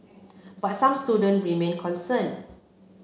but some students remain concerned